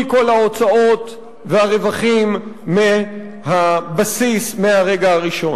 כל ההוצאות והרווחים מהבסיס מהרגע הראשון.